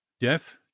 Death